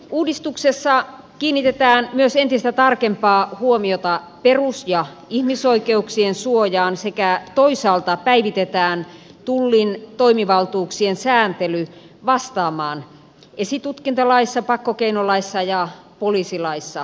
uudistuksessa kiinnitetään myös entistä tarkempaa huomiota perus ja ihmisoikeuksien suojaan sekä toisaalta päivitetään tullin toimivaltuuksien sääntely vastaamaan esitutkintalaissa pakkokeinolaissa ja poliisilaissa säädettyä